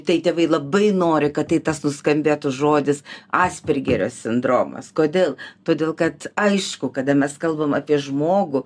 tai tėvai labai nori kad tai tas nuskambėtų žodis aspergerio sindromas kodėl todėl kad aišku kada mes kalbam apie žmogų